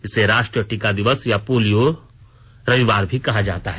इसे राष्ट्रीय टीका दिवस या पोलिया रविवार भी कहा जाता है